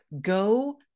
go